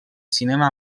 cinema